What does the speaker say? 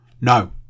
No